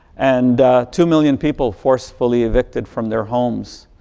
and two million people forcefully evicted from their homes.